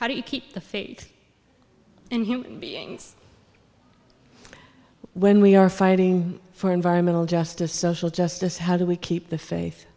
how do you keep the faith in human beings when we are fighting for environmental justice social justice how do we keep the fa